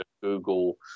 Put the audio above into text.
Google